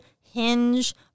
hinge